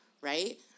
right